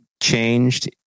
changed